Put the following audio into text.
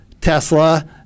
Tesla